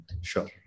Sure